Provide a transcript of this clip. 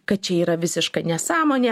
kad čia yra visiška nesąmonė